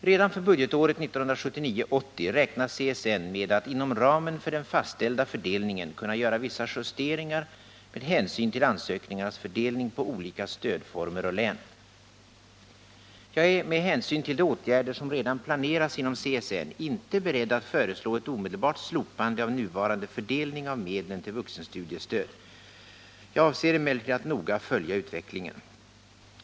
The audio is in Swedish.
Redan för budgetåret 1979/80 räknar CSN med att inom ramen för den fastställda fördelningen kunna göra vissa justeringar med hänsyn till Jag är med hänsyn till de åtgärder som redan planeras inom CSN inte beredd att föreslå ett omedelbart slopande av nuvarande fördelning av medlen till vuxenstudiestöd. Jag avser emellertid att noga följa utvecklingen.